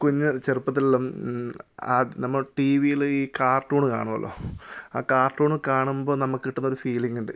കുഞ്ഞ് ചെറുപ്പത്തിൽ ആദ്യം നമ്മൾ ടി വിയിൽ ഈ കാർട്ടൂൺ കാണുമല്ലോ ആ കാർട്ടൂൺ കാണുമ്പോൾ നമുക്ക് കിട്ടുന്നൊരു ഫീലിങ്ങ് ഉണ്ട്